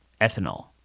Ethanol